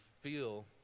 feel